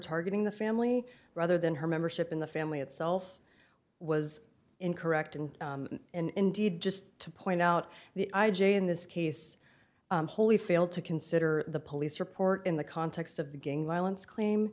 targeting the family rather than her membership in the family itself was incorrect and indeed just to point out the i j a in this case wholly fail to consider the police report in the context of the gang violence claim